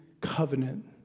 covenant